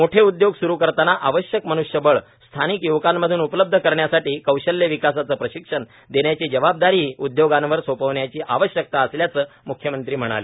मोठे उद्योग सूरू करताना आवश्यक मनृष्यबळ स्थानिक यवकांमधन उपलब्ध करण्यासाठी कौशल्य विकासाचं प्रशिक्षण देण्याची जबाबदारीही उदयोगांवर सोपवण्याची आवश्यकता असल्याचं म्ख्यमंत्री म्हणाले